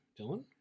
Dylan